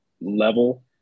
level